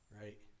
Right